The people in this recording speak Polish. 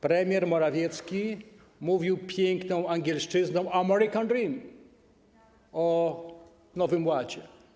Premier Morawiecki mówił piękną angielszczyzną American dream o Nowym Ładzie.